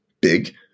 big